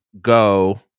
go